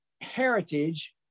heritage